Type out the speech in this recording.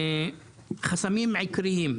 חסמים עיקריים: